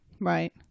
Right